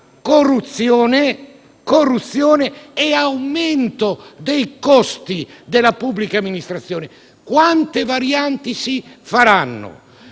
corruzione e aumento dei costi della pubblica amministrazione. Quante varianti si faranno?